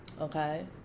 Okay